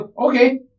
Okay